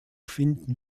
finden